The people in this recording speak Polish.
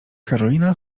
karolina